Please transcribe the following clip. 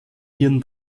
hirn